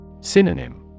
Synonym